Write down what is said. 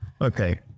Okay